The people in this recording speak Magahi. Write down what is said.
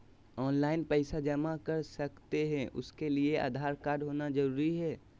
ऑनलाइन पैसा जमा कर सकते हैं उसके लिए आधार कार्ड होना जरूरी है?